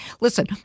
Listen